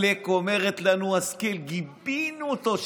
עלק אומרת לנו השכל: גיבינו אותו.